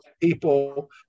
people